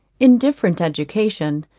indifferent education,